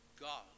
God